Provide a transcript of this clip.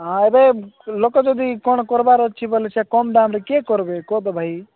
ହଁ ଏବେ ଲୋକ ଯଦି କ'ଣ କରିବାର ଅଛି କହିଲେ ସେ କମ୍ ଦାମରେ କିଏ କରିବେ କହ ତ ଭାଇ